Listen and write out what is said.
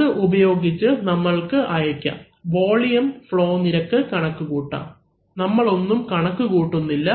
ഇത് ഉപയോഗിച്ച് നമ്മൾക്ക് അയയ്ക്കാം വോളിയം ഫ്ളോ നിരക്ക് കണക്കുകൂട്ടാം നമ്മളൊന്നും കണക്ക് കൂട്ടുന്നില്ല